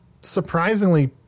surprisingly